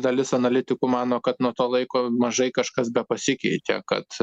dalis analitikų mano kad nuo to laiko mažai kažkas bepasikeitė kad